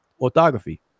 orthography